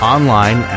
Online